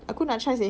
aku nak try seh